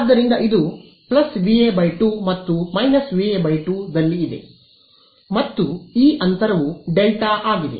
ಆದ್ದರಿಂದ ಇದು VA 2 ಮತ್ತು −VA 2 ದಲ್ಲಿ ಇದೆ ಮತ್ತು ಈ ಅಂತರವು ಡೆಲ್ಟಾ ಆಗಿದೆ